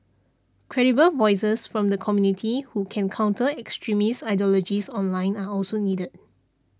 credible voices from the community who can counter extremist ideologies online are also needed